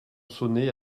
sonner